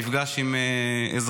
ממפגש עם אזרחים,